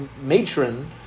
matron